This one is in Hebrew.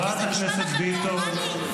חברת הכנסת ביטון,